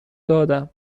دادم